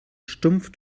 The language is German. stumpf